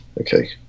Okay